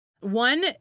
One